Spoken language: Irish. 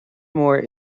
mór